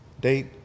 Date